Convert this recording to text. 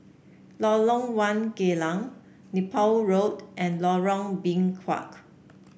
Lorong One Geylang Nepal Road and Lorong Biawak